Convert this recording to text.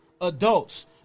adults